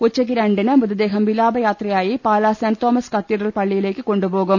ഉച്ചക്ക് രണ്ടിന് മൃതദേഹം വിലാപയാത്രയായി പാലാ സെന്റ് തോമസ് കത്തീഡ്രൽ പളളിയിലേക്ക് കൊണ്ടുപോ കും